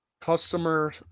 Customer